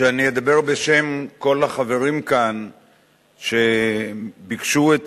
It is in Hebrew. שאני אדבר בשם כל החברים כאן שביקשו את